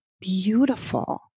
beautiful